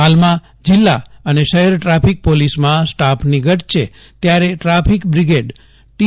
હાલમાં જિલ્લા અને શહેર ટ્રાફિક પોલીસમાં સ્ટાફની ઘટ છે ત્યારે ટ્રાફિક બ્રિગેડ ટી